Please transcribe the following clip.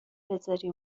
بزاری